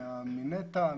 מנת"ע,